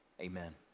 amen